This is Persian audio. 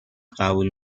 قبول